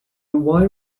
why